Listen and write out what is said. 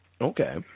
Okay